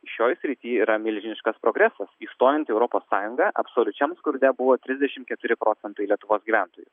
šioj srity yra milžiniškas progresas įstojant į europos sąjungą absoliučiam skurde buvo trisdešimt keturi procentai lietuvos gyventojų